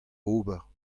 ober